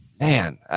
man